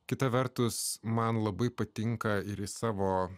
kita vertus man labai patinka ir savo